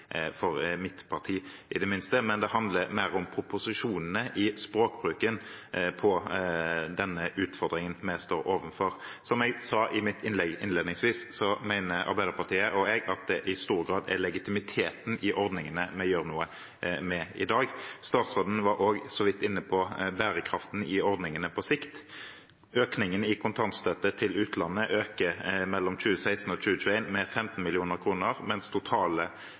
i det minste for mitt parti – men det handler mer om proporsjonene i språkbruken på denne utfordringen vi står overfor. Som jeg sa i mitt innlegg innledningsvis, mener Arbeiderpartiet og jeg at det i stor grad er legitimiteten i ordningene vi gjør noe med i dag. Statsråden var også så vidt inne på bærekraften i ordningene på sikt. Kontantstøtten til utlandet øker mellom 2016 og 2021 med 15 mill. kr, mens